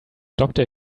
doctor